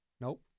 Nope